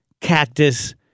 cactus